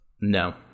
No